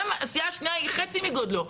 גם אם הסיעה השנייה היא חצי מגודלו.